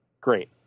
great